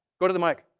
go to the mic.